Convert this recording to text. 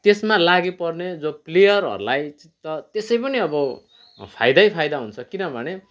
त्यसमा लागिपर्ने जो प्लेयरहरूलाई त त्यसै पनि अब फाइदै फाइदा हुन्छ किनभने